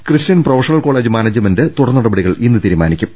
Christian professional college management തുടർ നടപടികൾ ഇന്ന് തീരു മാനിക്കും